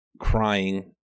crying